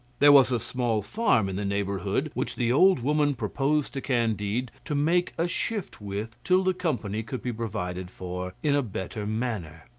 there was a small farm in the neighbourhood which the old woman proposed to candide to make a shift with till the company could be provided for in a better manner.